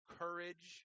courage